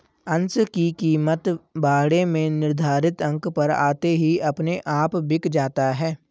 अंश की कीमत बाड़े में निर्धारित अंक पर आते ही अपने आप बिक जाता है